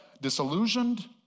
disillusioned